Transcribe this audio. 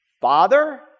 father